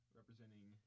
representing